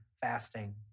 fasting